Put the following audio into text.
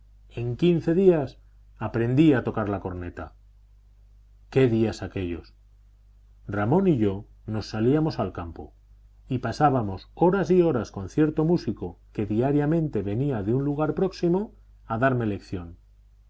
en quince días aprendí a tocar la corneta qué días aquéllos ramón y yo nos salíamos al campo y pasábamos horas y horas con cierto músico que diariamente venía de un lugar próximo a darme lección